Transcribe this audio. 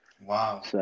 Wow